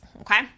okay